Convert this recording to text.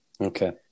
Okay